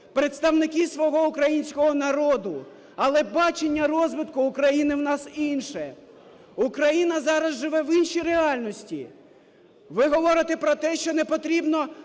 представники свого українського народу, але бачення розвитку України в нас інше. Україна зараз живе в іншій реальності. Ви говорите про те, що не потрібно